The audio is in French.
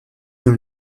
dans